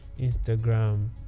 Instagram